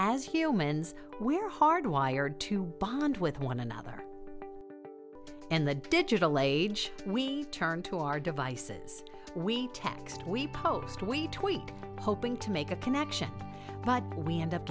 as humans we're hard wired to bond with one another and the digital age we turn to our devices we text we post we tweak hoping to make a connection but we end up